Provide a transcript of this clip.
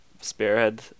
spearhead